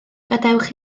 gadewch